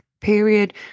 period